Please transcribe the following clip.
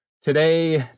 Today